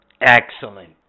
Excellent